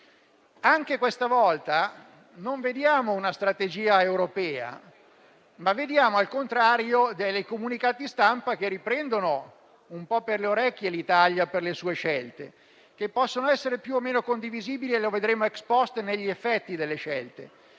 Anche questa volta, non vediamo una strategia europea, ma, al contrario, comunicati stampa che riprendono un po' per le orecchie l'Italia per le sue scelte, che possono essere più o meno condivisibili - lo vedremo *ex post* nei loro effetti - ma